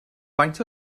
faint